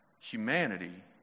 Humanity